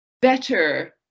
better